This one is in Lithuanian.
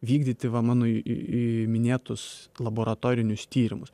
vykdyti va mano minėtus laboratorinius tyrimus